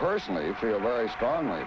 personally feel very strongly